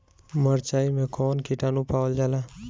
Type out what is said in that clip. मारचाई मे कौन किटानु पावल जाला?